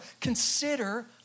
consider